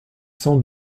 sans